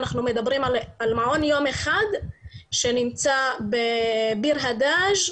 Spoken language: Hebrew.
אנחנו מדברים על מעון יום אחד שנמצא בביר הדאג',